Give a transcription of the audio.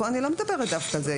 פה אני לא מדברת דווקא על זה.